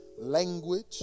language